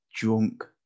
drunk